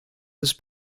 was